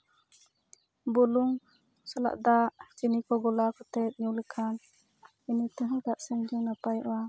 ᱵᱩᱞᱩᱝ ᱥᱟᱞᱟᱜ ᱫᱟᱜ ᱪᱤᱱᱤ ᱠᱚ ᱜᱚᱞᱟᱣ ᱠᱟᱛᱮᱫ ᱧᱩ ᱞᱮᱠᱷᱟᱱ ᱚᱱᱟᱛᱮᱦᱚᱸ ᱫᱟᱜ ᱥᱮᱱ ᱫᱚ ᱱᱟᱯᱟᱭᱚᱜᱼᱟ